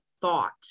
thought